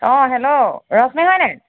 অঁ হেল্ল' ৰশ্মি হয়নে